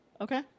Okay